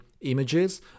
images